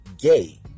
gay